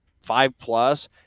five-plus